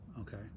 Okay